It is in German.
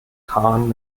kein